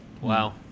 Wow